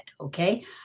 Okay